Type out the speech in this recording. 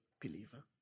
believer